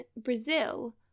Brazil